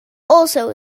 also